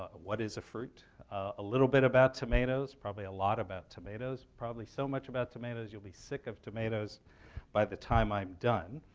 what is a fruit? a little bit about tomatoes, probably a lot about tomatoes, probably so much about tomatoes you'll be sick of tomatoes by the time i'm done,